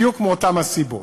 בדיוק מאותן הסיבות.